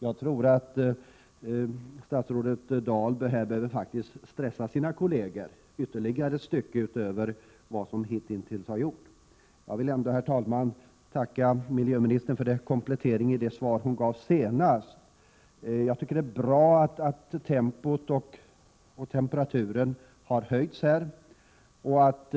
Jag tror att statsrådet Dahl faktiskt behöver stressa sina kolleger ännu mer än som hittills har varit fallet. Jag vill ändå tacka miljöministern för den komplettering hon gjorde i sitt senaste inlägg. Det är bra att både tempot och temperaturen har höjts i detta sammanhang.